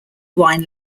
wine